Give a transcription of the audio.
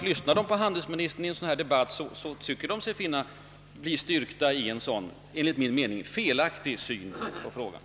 Lyssnar man på handelsministern i en sådan här debatt, kan man bli styrkt i denna enligt min mening felaktiga uppfattning.